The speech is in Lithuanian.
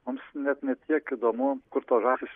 mums net ne tiek įdomu kur tos žąsys